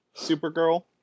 Supergirl